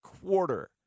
quarter